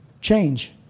Change